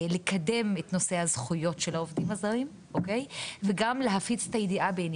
לקדם את נושא הזכויות של העובדים הזרים וגם להפיץ את הידיעה בעיניהם.